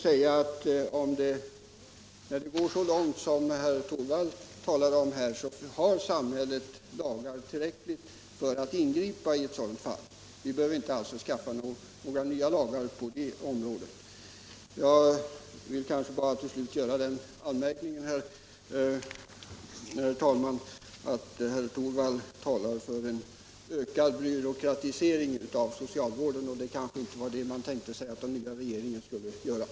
När det gått så långt som i de fall herr Torwald talat om här, har samhället tillräckligt med lagar för att kunna ingripa. Vi behöver inte några nya lagar på detta område. Till slut vill jag, herr talman, göra den anmärkningen att herr Torwald talar för en ökad byråkratisering av socialvården. Det var inte någonting sådant som man trodde att den nya regeringen skulle åstadkomma.